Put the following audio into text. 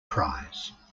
prize